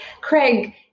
Craig